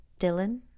Dylan